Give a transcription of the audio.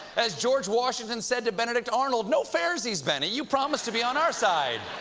as george washington said to benedict arnold, no fairsies, benny! you promised to be on our side.